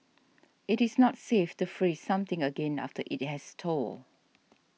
it is not safe to freeze something again after it has thawed